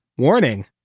Warning